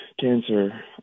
cancer